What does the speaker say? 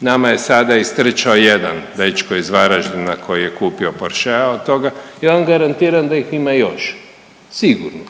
Nama je sada istrčao jedan dečko iz Varaždina koji je kupio Porschea od toga i ja vam garantiram da ih ima još sigurno